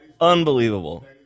Unbelievable